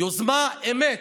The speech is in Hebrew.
יוזמה, אמת.